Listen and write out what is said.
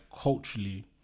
culturally